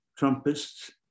Trumpists